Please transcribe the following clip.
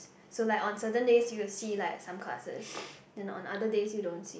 so like on certain days you'll see like some classes then on other days you don't see